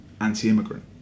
anti-immigrant